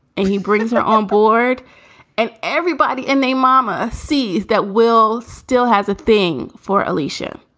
and he brings her on board and everybody and they mama sees that will still has a thing for alicia.